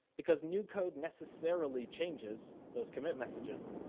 because new code necessarily changes those commit messages.